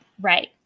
right